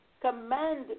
Command